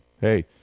hey